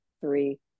three